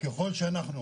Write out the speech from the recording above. ככל שאנחנו